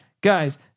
Guys